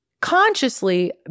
consciously